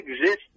exist